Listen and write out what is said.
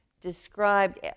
described